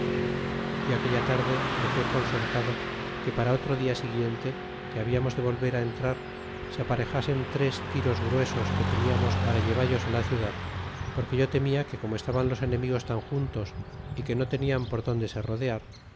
y aquella tarde dezé concertado que para itro dia siguiente que hablamos de volver entrar se aparejasen tres tires gruesos i lime teniamos para ilevallos á la ciudad porque yo temia que como estaban los enemigos tan e juntos y que no tenian por donde se rodear